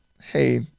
Hey